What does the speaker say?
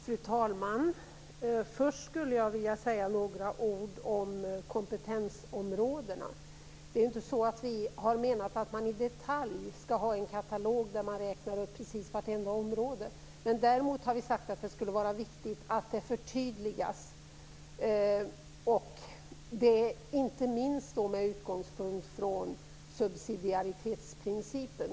Fru talman! Jag skulle först vilja säga några ord om kompetensområdena. Vi har inte menat att man skall ha en detaljerad katalog, där precis vartenda område räknas upp. Däremot har vi sagt att det skulle vara viktigt med ett förtydligande, inte minst med utgångspunkt i subsidiaritetsprincipen.